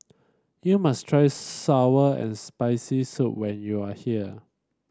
you must try sour and Spicy Soup when you are here